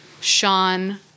Sean